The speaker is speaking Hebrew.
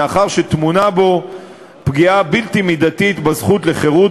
מאחר שטמונה בו פגיעה בלתי מידתית בזכות לחירות